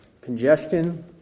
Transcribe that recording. congestion